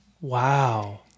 Wow